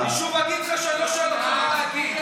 אני שוב אגיד לך שאני לא שואל אותך מה להגיד,